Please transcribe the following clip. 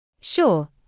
Sure